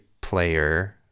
player